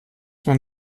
man